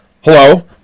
hello